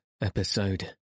episode